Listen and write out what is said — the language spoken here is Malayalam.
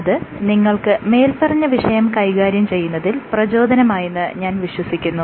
അത് നിങ്ങൾക്ക് മേല്പറഞ്ഞ വിഷയം കൈകാര്യം ചെയ്യുന്നതിൽ പ്രചോദനമായെന്ന് ഞാൻ വിശ്വസിക്കുന്നു